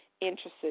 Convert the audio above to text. interested